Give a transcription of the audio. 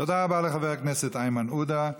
תודה רבה לחבר הכנסת איימן עודה.